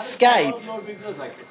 Skype